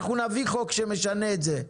אנחנו נביא חוק שמשנה את זה,